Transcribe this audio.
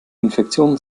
infektionen